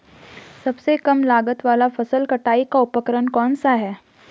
सबसे कम लागत वाला फसल कटाई का उपकरण कौन सा है?